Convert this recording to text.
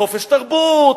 חופש תרבות,